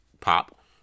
pop